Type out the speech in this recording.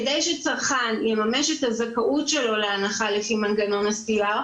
כדי שצרכן יממש את הזכאות שלו להנחה לפי מנגנון הסטייה,